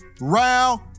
round